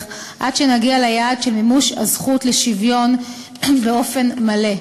עד שנגיע ליעד של מימוש הזכות לשוויון באופן מלא.